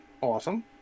Awesome